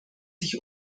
sich